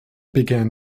began